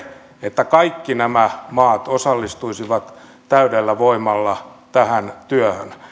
että kaikki nämä maat osallistuisivat täydellä voimalla tähän työhön